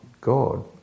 god